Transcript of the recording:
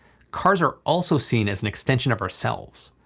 cars are also seen as an extension of ourselves.